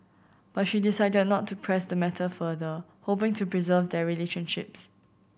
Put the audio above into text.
but she decided not to press the matter further hoping to preserve their relationships